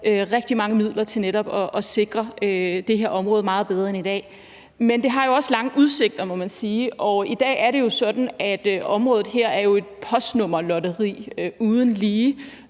rigtig mange midler til netop at sikre det her område meget bedre end i dag. Men det har også lange udsigter, må man sige, og i dag er det jo sådan, at området her er et postnummerlotteri uden lige.